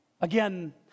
Again